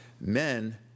Men